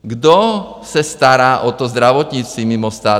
Kdo se stará o to zdravotnictví mimo stát?